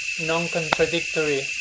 non-contradictory